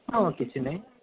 ହଁ କିଛି ନାହିଁ